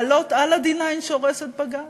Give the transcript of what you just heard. לעלות על ה-9D- שהורס את בג"ץ?